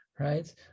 Right